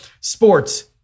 sports